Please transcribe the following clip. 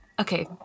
Okay